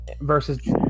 versus